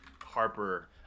Harper